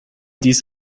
dies